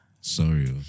sorry